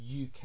UK